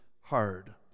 hard